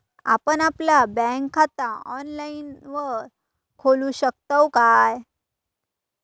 आपण आपला बँक खाता ऑनलाइनव खोलू शकतव काय?